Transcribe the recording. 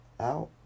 out